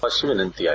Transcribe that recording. अशी विनंती आहे